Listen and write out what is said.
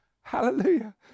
Hallelujah